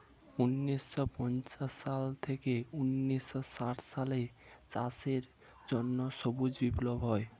ঊন্নিশো পঞ্চাশ সাল থেকে ঊন্নিশো ষাট সালে চাষের জন্য সবুজ বিপ্লব হয়